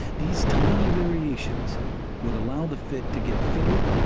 these tiny variations would allow the fit to get fitter,